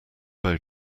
bow